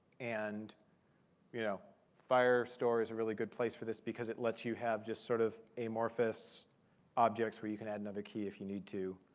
and you know firestore is a really good place for this, because it lets you have just sort of amorphous objects where you can add another key if you need to.